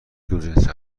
دوجنسه